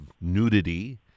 nudity